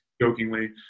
Jokingly